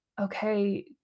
okay